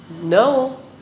no